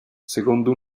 secondo